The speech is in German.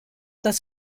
das